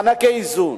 מענקי איזון.